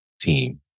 team